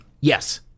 Yes